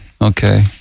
okay